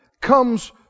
comes